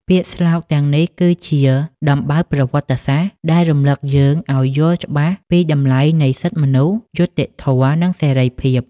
ពាក្យស្លោកទាំងនេះគឺជា "ដំបៅប្រវត្តិសាស្ត្រ" ដែលរំលឹកយើងឱ្យយល់ច្បាស់ពីតម្លៃនៃ សិទ្ធិមនុស្ស យុត្តិធម៌ និងសេរីភាព។